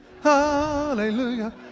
hallelujah